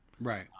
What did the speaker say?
Right